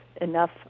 enough